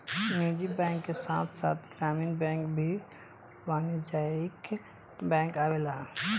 निजी बैंक के साथ साथ ग्रामीण बैंक भी वाणिज्यिक बैंक आवेला